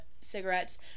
cigarettes